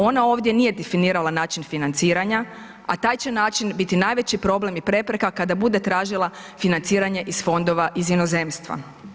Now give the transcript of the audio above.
Ona ovdje nije definirala način financiranja, a taj će način biti najveći problem i prepreka kada bude tražila financiranje iz fondova iz inozemstva.